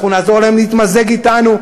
נעזור להם להתמזג אתנו,